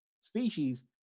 species